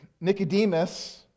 Nicodemus